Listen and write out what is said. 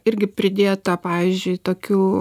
irgi pridėta pavyzdžiui tokių